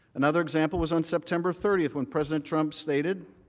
another example is on september thirty one president trump stated,